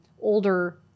older